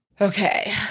Okay